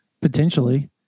potentially